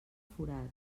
forat